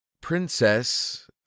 princess